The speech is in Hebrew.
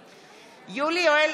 (קוראת בשמות חברי הכנסת) יולי יואל